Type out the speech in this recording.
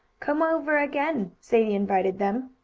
come over again, sadie invited them.